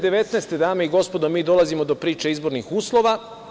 Dame i gospodo, 2019. godine mi dolazimo do priče izbornih uslova.